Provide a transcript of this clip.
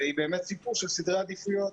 והיא באמת סיפור של סדרי עדיפויות.